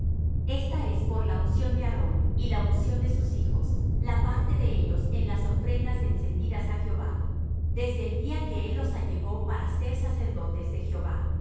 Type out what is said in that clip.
esta es por la unción de aarón y la unción de sus hijos la parte de ellos en las ofrendas encendidas á jehová desde el día que él los allegó para ser sacerdotes de jehová